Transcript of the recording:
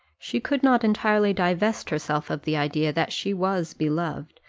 she could not entirely divest herself of the idea that she was beloved,